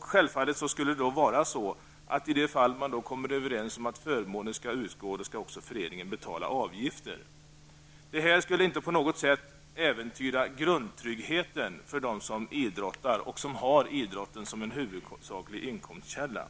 Självfallet skulle det vara så att i de fall man kommer överens om att förmåner skall utgå skall också föreningen betala avgifter. Det här skulle inte på något sätt äventyra grundtryggheten för dem som idrottar och har idrotten som huvudsaklig inkomstkälla.